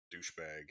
douchebag